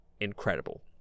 incredible